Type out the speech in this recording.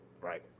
Right